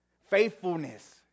faithfulness